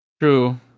True